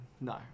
no